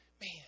Man